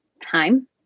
time